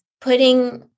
putting